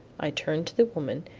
i turned to the woman,